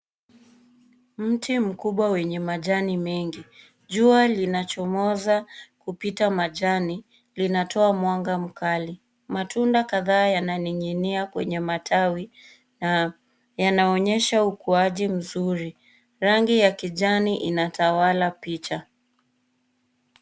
Mti mkubwa wenye majani mengi. Jua linachomoza kupita majani, linatoa mwanga mkali. Matunda kadhaa yananing'inia kwenye matawi na yanaonyesha ukuaji mzuri. Rangi ya kijani inatawala picha.